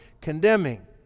condemning